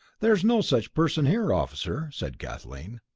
there's no such person here, officer, said kathleen.